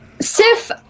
Sif